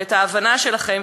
ואת ההבנה שלכם,